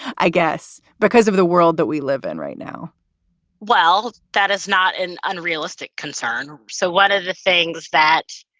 i guess, because of the world that we live in right now well, that is not an unrealistic concern. so one of the things that